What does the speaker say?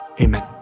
Amen